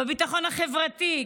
בביטחון החברתי,